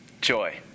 joy